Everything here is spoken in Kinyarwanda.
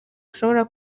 ushobora